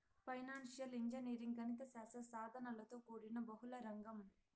financial engineering గణిత శాస్త్ర సాధనలతో కూడిన బహుళ రంగం